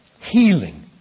Healing